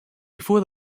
before